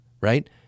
right